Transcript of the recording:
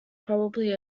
probably